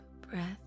breath